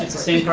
the same